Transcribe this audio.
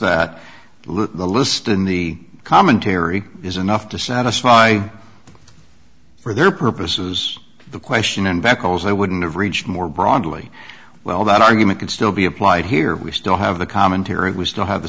that the list in the commentary is enough to satisfy for their purposes the question and because they wouldn't have reached more broadly well that argument can still be applied here we still have the commentary we still have